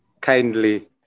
kindly